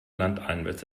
landeinwärts